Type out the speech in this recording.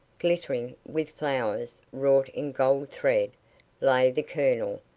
glittering with flowers wrought in gold thread lay the colonel,